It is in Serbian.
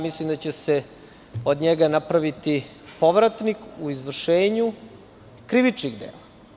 Mislim da će se od njega napraviti povratnik u izvršenju krivičnih dela.